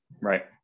Right